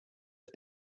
are